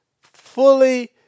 fully